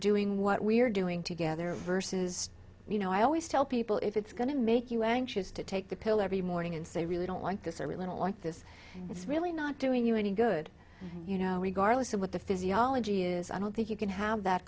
doing what we're doing together versus you know i always tell people if it's going to make you anxious to take the pill every morning and say i really don't like this i really don't want this it's really not doing you any good you know regardless of what the physiology is i don't think you can have that